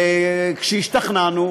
וכשהשתכנענו,